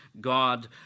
God